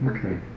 Okay